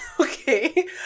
okay